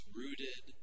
rooted